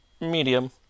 Medium